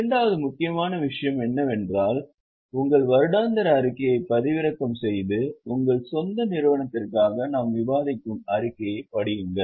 இரண்டாவது முக்கியமான விஷயம் என்னவென்றால் உங்கள் வருடாந்திர அறிக்கையைப் பதிவிறக்கம் செய்து உங்கள் சொந்த நிறுவனத்திற்காக நாம் விவாதிக்கும் அறிக்கையைப் படியுங்கள்